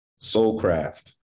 soulcraft